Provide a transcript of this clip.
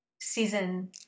season